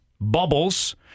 bubbles